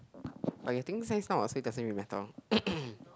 but you are taking Science now so it doesn't really matter